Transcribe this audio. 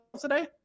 today